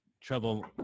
trouble